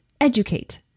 educate